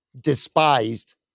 despised